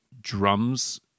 drums